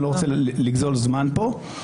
אני לא רוצה לגזול זמן פה.